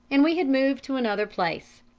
and we had moved to another place.